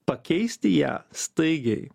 pakeisti ją staigiai